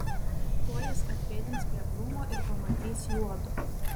tuoj jis atpėdins prie krūmo ir pamatys juodu